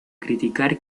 criticar